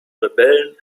rebellen